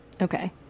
Okay